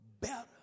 better